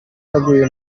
yaguye